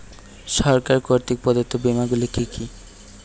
সরকার কর্তৃক প্রদত্ত বিমা গুলি কি কি?